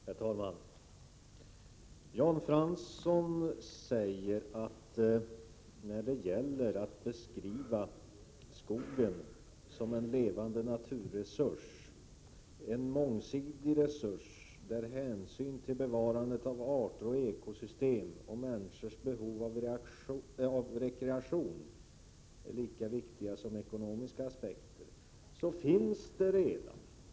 Herr talman! Jan Fransson säger att det gäller att beskriva skogen som en levande, mångsidig naturresurs, där hänsyn till bevarandet av arter och ekosystem och till människors behov av rekreation är lika viktig som ekonomiska aspekter. Men denna syn finns redan.